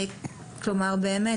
כלומר באמת,